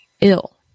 ill